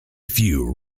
few